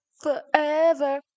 forever